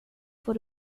får